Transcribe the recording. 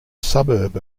suburb